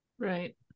Right